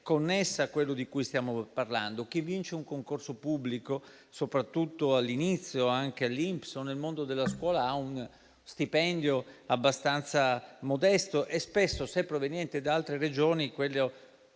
connessa a quello di cui stiamo parlando: chi vince un concorso pubblico, soprattutto all'inizio, anche all'INPS o nel mondo della scuola, ha uno stipendio abbastanza modesto e spesso per chi proviene da altre Regioni